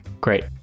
Great